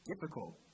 difficult